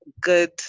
good